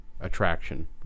attraction